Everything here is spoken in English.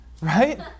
right